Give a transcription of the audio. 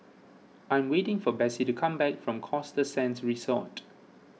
I am waiting for Besse to come back from Costa Sands Resort